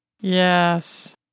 Yes